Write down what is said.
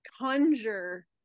conjure